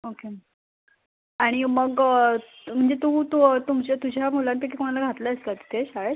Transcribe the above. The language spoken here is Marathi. ओके आणि मग म्हणजे तू तू तुमच्या तुझ्या मुलांपैकी कोणाला घातलं आहेस का तिथे शाळेत